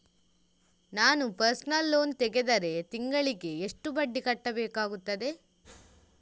ನಾನು personal loan ತೆಗೆದರೆ ತಿಂಗಳಿಗೆ ಎಷ್ಟು ಬಡ್ಡಿ ಕಟ್ಟಬೇಕಾಗುತ್ತದೆ?